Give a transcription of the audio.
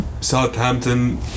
Southampton